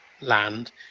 land